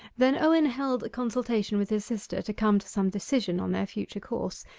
then owen held a consultation with his sister to come to some decision on their future course,